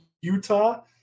Utah